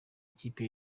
ikipe